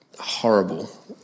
horrible